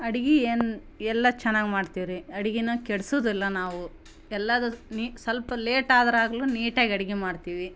ಅಡ್ಗೆ ಎನ್ ಎಲ್ಲ ಚೆನ್ನಾಗಿ ಮಾಡ್ತೀವ್ರಿ ಅಡ್ಗೆನ ಕೆಡ್ಸೊದಿಲ್ಲ ನಾವು ಎಲ್ಲವು ಸ್ವಲ್ಪ ಲೇಟ್ ಆದ್ರೆ ಆಗ್ಲಿ ನೀಟಾಗಿ ಅಡ್ಗೆ ಮಾಡ್ತೀವಿ